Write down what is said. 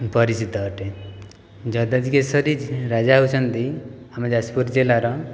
ପରିଚିତ ଅଟେ ଯଯାତିକେଶରୀ ରାଜା ହେଉଛନ୍ତି ଆମ ଯାଜପୁର ଜିଲ୍ଲାର